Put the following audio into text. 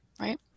right